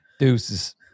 Deuces